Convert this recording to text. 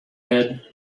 had